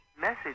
Message